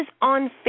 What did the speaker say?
on